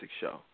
show